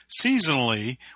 Seasonally